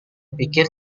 pikir